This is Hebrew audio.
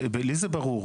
לי זה ברור.